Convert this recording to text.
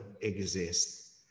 exist